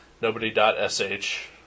nobody.sh